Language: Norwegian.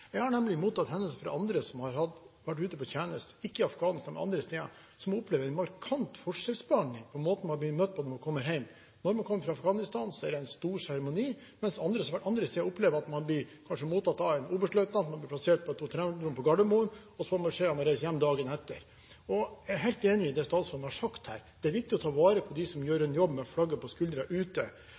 Jeg har nemlig mottatt henvendelser fra andre som har vært ute i tjeneste – ikke i Afghanistan, men andre steder – som opplevde en markant forskjellsbehandling i måten man ble møtt på da man kom hjem. Når man kommer fra Afghanistan, er det en stor seremoni, mens andre som har vært andre steder, opplever kanskje at man blir mottatt av en oberstløytnant, blir plassert på et hotellrom på Gardermoen og får beskjed om å reise hjem dagen etter. Jeg er helt enig i det statsråden har sagt her: Det er viktig å ta vare på de som gjør en jobb med flagget på skulderen ute,